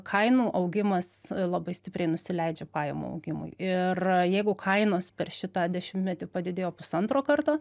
kainų augimas labai stipriai nusileidžia pajamų augimui ir jeigu kainos per šitą dešimtmetį padidėjo pusantro karto